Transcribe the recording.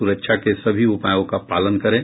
सुरक्षा के सभी उपायों का पालन करें